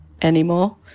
anymore